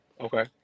Okay